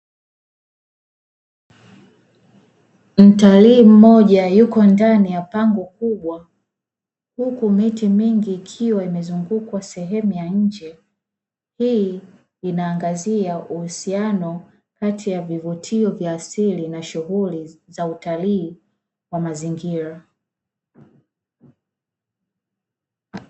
Mtalii mmoja yuko ndani ya pango kubwa, huku miti mingi ikiwa imezungukwa sehemu ya nje, hii inaangazia uhusiano kati ya vivutio vya asili na shughuli za utalii wa mazingira.